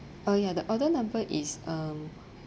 uh ya the order number is um